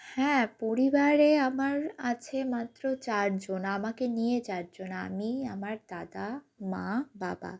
হ্যাঁ পরিবারে আমার আছে মাত্র চার জন আমাকে নিয়ে চার জন আমি আমার দাদা মা বাবা